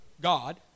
God